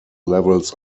levels